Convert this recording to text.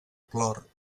clor